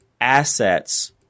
assets –